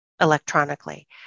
electronically